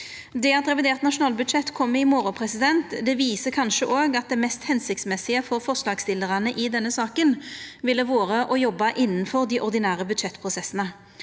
Det at revidert nasjonalbudsjett kjem i morgon, viser kanskje òg at det mest hensiktsmessige for forslagsstillarane i denne saka ville vore å ha jobba innanfor dei ordinære budsjettprosessane.